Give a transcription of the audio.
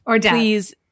please